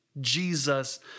Jesus